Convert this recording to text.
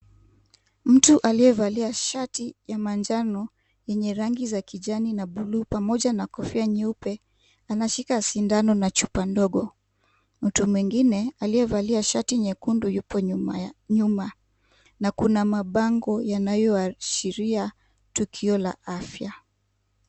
Mtu aliyevalia shati ya manjano yenye rangi za kijani na buluu, pamoja na kofia nyeupe anashika sindano na chupa ndogo , mtu mwingine aliyavalia shati nyekundu yupo nyuma , na kuna mabango yanoyoashiria tukio la afya.